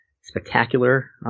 spectacular